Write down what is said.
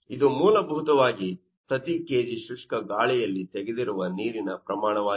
ಇದು ಮೂಲಭೂತವಾಗಿ ಪ್ರತಿ kg ಶುಷ್ಕ ಗಾಳಿಯಲ್ಲಿ ತೆಗೆದಿರುವ ನೀರಿನ ಪ್ರಮಾಣವಾಗಿದೆ